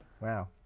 wow